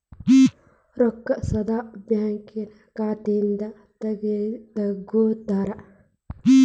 ರೊಕ್ಕಾ ಸೇದಾ ಬ್ಯಾಂಕ್ ಖಾತೆಯಿಂದ ತಗೋತಾರಾ?